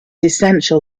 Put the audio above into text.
essential